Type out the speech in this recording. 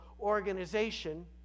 organization